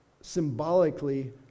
symbolically